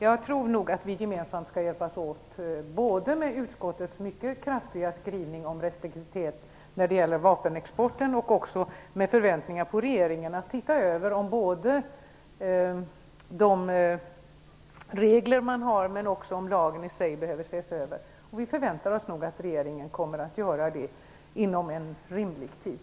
Jag tror nog att vi gemensamt skall hjälpas åt både med utskottets mycket kraftiga skrivning om restriktivitet när det gäller vapenexporten och med förväntningarna på regeringen att titta om de regler som finns och också lagen i sig behöver ses över. Vi förväntar oss nog att regeringen kommer att göra det inom rimlig tid.